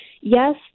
yes